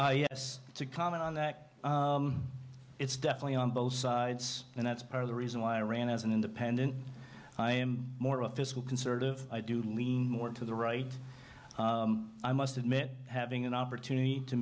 hoover to comment on that it's definitely on both sides and that's part of the reason why i ran as an independent i am more of a fiscal conservative i do lean more to the right i must admit having an opportunity to